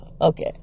Okay